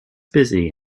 busy